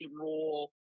rule